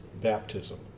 baptism